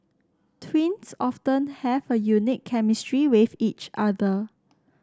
twins often have a unique chemistry with each other